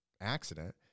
accident